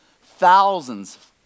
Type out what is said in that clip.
thousands